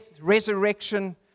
resurrection